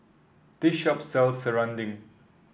this shop sells serunding